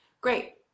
Great